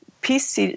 peace